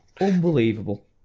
Unbelievable